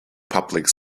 public